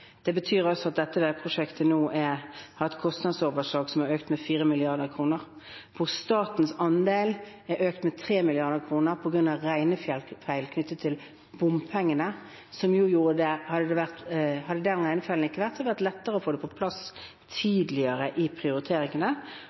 Det betyr altså at dette prosjektet nå har et kostnadsoverslag som har økt med 4 mrd. kr, og hvor statens andel har økt med 3 mrd. kr på grunn av regnefeil knyttet til bompengene. Hadde det ikke vært for den regnefeilen, ville det vært lettere å få det på plass tidligere i prioriteringene.